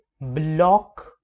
block